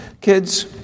Kids